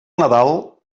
nadal